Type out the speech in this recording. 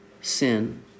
sin